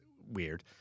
weird